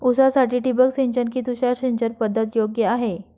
ऊसासाठी ठिबक सिंचन कि तुषार सिंचन पद्धत योग्य आहे?